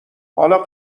حالا